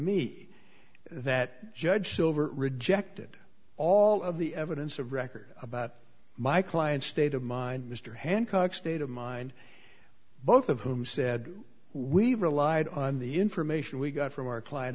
me that judge silver rejected all of the evidence of record about my client state of mind mr hancock state of mind both of whom said we relied on the information we got from our client